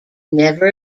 never